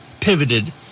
pivoted